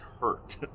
hurt